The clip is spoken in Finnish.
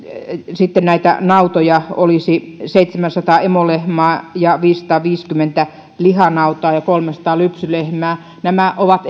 sitten näitä nautoja olisi seitsemänsataa emolehmää ja viisisataaviisikymmentä lihanautaa ja kolmesataa lypsylehmää nämä ovat